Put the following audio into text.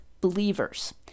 believers